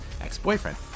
ex-boyfriend